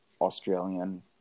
Australian